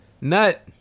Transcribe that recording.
nut